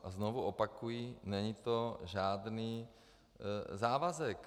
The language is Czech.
A znovu opakuji, není to žádný závazek.